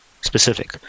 specific